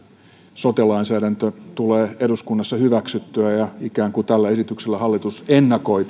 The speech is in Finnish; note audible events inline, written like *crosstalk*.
sote lainsäädäntö tulee eduskunnassa hyväksyttyä ja ikään kuin tällä esityksellä hallitus ennakoi *unintelligible*